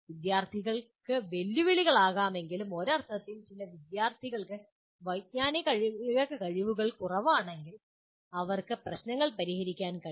വിദ്യാർത്ഥികൾക്ക് വെല്ലുവിളികളാകാമെങ്കിലും ഒരർത്ഥത്തിൽ ചില വിദ്യാർത്ഥികൾക്ക് വൈജ്ഞാനിക കഴിവുകൾ കുറവാണെങ്കിൽ അവർക്ക് പ്രശ്നങ്ങൾ പരിഹരിക്കാൻ കഴിയില്ല